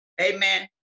Amen